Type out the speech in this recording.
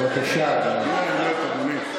בבקשה, אדוני.